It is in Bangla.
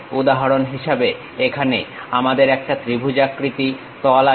উদাহরণ হিসেবে এখানে আমাদের একটা ত্রিভুজাকার তল আছে